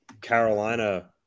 Carolina